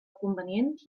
convenient